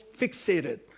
fixated